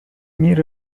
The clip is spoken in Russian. мир